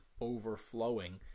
overflowing